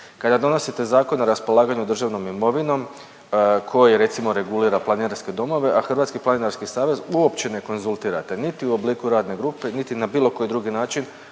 Kada donosite Zakon o raspolaganju državnom imovinom koji recimo regulira planinarske domove, a Hrvatski planinarski savez uopće ne konzultirate niti u obliku radne grupe, niti na bilo koji drugi način